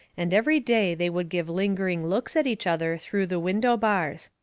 and every day they would give lingering looks at each other through the window bars.